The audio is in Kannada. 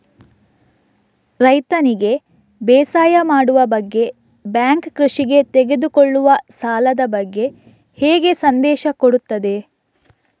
ರೈತನಿಗೆ ಬೇಸಾಯ ಮಾಡುವ ಬಗ್ಗೆ ಬ್ಯಾಂಕ್ ಕೃಷಿಗೆ ತೆಗೆದುಕೊಳ್ಳುವ ಸಾಲದ ಬಗ್ಗೆ ಹೇಗೆ ಸಂದೇಶ ಕೊಡುತ್ತದೆ?